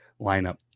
lineup